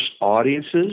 audiences